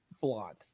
blonde